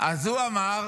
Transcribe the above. הוא אמר